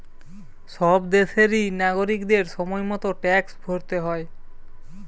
সব দেশেরই নাগরিকদের সময় মতো ট্যাক্স ভরতে হয়